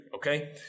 Okay